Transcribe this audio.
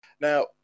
now